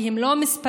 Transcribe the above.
כי הם לא מספרים,